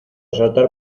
saltar